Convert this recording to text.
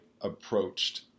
approached